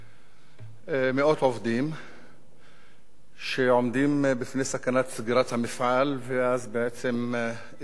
מאות עובדים שעומדים בפני סכנת סגירת המפעל ואז בעצם איבוד פרנסה